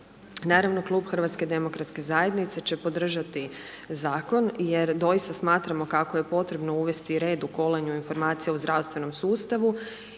Naravno klub HDZ-a će podržati zakon jer doista smatramo kako je potrebno uvesti red u kolanju informacija u zdravstvenom sustavu